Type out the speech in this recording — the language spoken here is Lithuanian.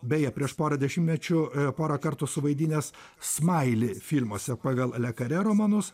beje prieš porą dešimmečių porą kartų suvaidinęs smailį filmuose pagal le kare romanus